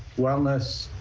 wellness,